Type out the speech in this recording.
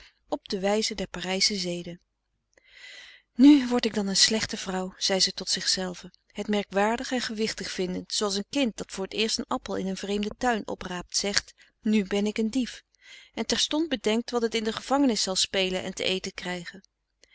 op de wijze der parijsche zede nu word ik dan een slechte vrouw zei ze tot frederik van eeden van de koele meren des doods zichzelve het merkwaardig en gewichtig vindend zooals een kind dat voor t eerst een appel in een vreemden tuin opraapt zegt nu ben ik een dief en terstond bedenkt wat het in de gevangenis zal spelen en te eten krijgen